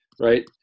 right